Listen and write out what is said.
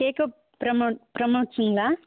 கேக்கப் promote ப்ரமோட்ஸுங்ளா